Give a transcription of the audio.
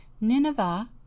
Nineveh